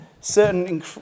certain